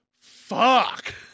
Fuck